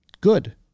Good